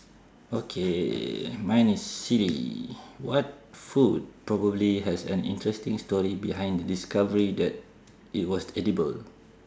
okay mine is C what food probably has an interesting story behind the discovery that it was edible